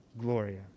Gloria